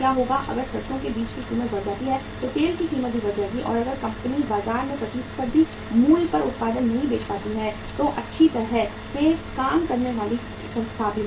अगर सरसों के बीज की कीमत बढ़ जाती है तो तेल की कीमत भी बढ़ जाएगी और अगर कंपनी बाजार में प्रतिस्पर्धी मूल्य पर उत्पाद नहीं बेच पाती है तो अच्छी तरह से काम करने वाली संस्था बीमार हो जाएगी